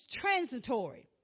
transitory